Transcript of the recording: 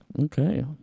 Okay